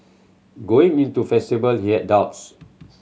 going into festival he had doubts